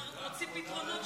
ועדת העבודה והרווחה,